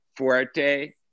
Fuerte